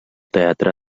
teatre